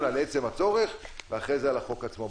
על עצם הצורך ואחרי זה על החוק עצמו,